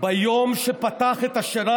אתה יודע שאתה